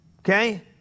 Okay